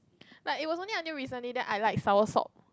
like it was only until recently then I like soursop